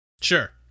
Sure